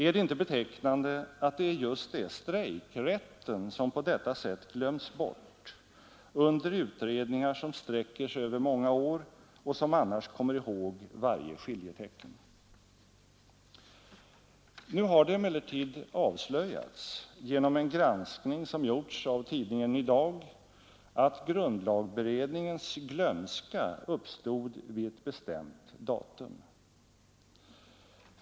Är det inte betecknande att det just är strejkrätten som på detta sätt glöms bort under utredningar som sträcker sig över många år och som annars kommer ihåg varje skiljetecken? Nu har det emellertid avslöjats, genom en granskning som gjorts av tidningen Ny Dag, att grundlagberedningens glömska uppstod vid ett bestämt datum.